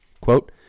Quote